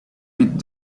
bit